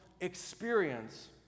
experience